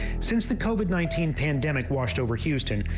since the covid nineteen pandemic washed over houston,